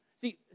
See